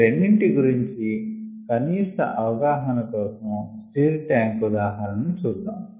ఈ రెండిటి గురించి కనీస అవగాహన కోసం స్టిర్డ్ ట్యాంక్ ఉదాహరణ ను చూద్దాం